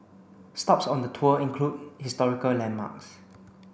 stops on the tour include historical landmarks